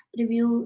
review